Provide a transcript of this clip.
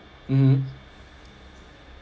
mm